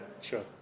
sure